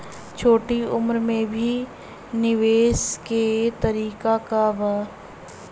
छोटी उम्र में भी निवेश के तरीका क बा?